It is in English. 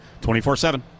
24-7